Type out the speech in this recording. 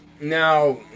Now